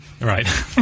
Right